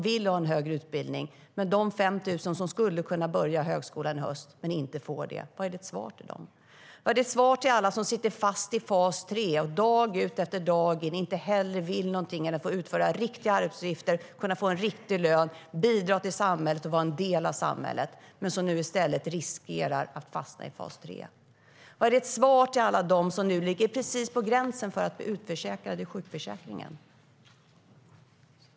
Vilket är ditt svar till de 5 000 som skulle kunna börja i högskolan i höst men inte får det? Vilket är ditt svar till alla som sitter fast i fas 3 dag ut och dag in men inget hellre vill än att utföra riktiga arbetsuppgifter, få en riktig lön, bidra till samhället och vara en del av samhället? Vilket är ditt svar till alla dem som nu ligger precis på gränsen för att bli utförsäkrade ur sjukförsäkringen?